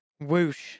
Whoosh